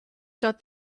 shut